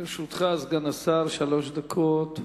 לרשותך סגן השר, שלוש דקות.